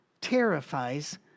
terrifies